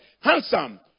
Handsome